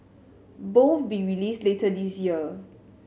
both be released later this year